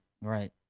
Right